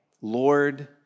Lord